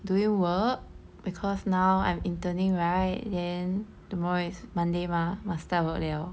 doing work because now I'm interning right tomorrow is monday mah must start work liao